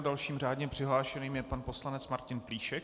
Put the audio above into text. Dalším řádně přihlášeným je pan poslanec Martin Plíšek.